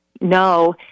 no